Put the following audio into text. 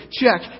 Check